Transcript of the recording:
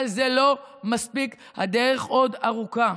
אבל זה לא מספיק, הדרך עוד ארוכה.